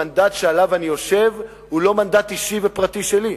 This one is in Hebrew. המנדט שעליו אני יושב הוא לא מנדט אישי ופרטי שלי,